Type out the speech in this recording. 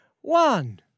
one